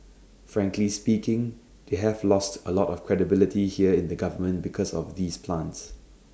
frankly speaking they have lost A lot of credibility here in the government because of these plants